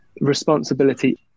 responsibility